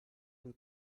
will